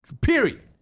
period